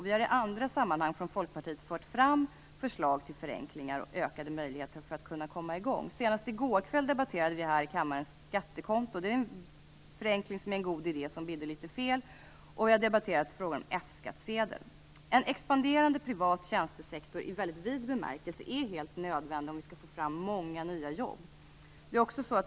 Vi har i andra sammanhang från Folkpartiets sida fört fram förslag till förenklingar och ökade möjligheter att komma i gång. Senast i går kväll debatterade vi skattekonto här i kammaren, vilket är en förenkling och en god idé som "bidde" litet fel. Vi debatterade också frågan om F-skattsedel. En expanderande privat tjänstesektor i väldigt vid bemärkelse är helt nödvändig om vi skall få fram många nya jobb.